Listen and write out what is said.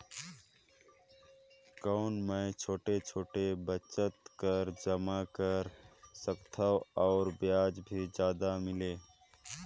कौन मै छोटे छोटे बचत कर जमा कर सकथव अउ ब्याज भी जादा मिले?